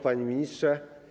Panie Ministrze!